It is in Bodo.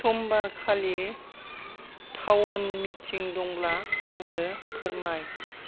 समबारखालि टाउन मिटिं दंब्ला आंनो फोरमाय